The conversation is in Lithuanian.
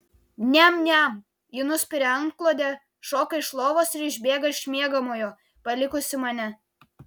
niam niam ji nuspiria antklodę šoka iš lovos ir išbėga iš miegamojo palikusi mane